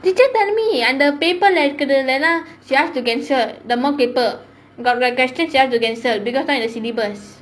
teacher tell me அந்த:antha paper leh இருக்குறதெல்லாம்:irukkkurathellaam she ask to cancel the mock paper got question she ask to cancel because not in the syllabus